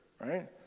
right